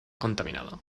contaminado